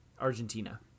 Argentina